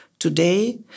Today